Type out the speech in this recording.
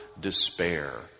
despair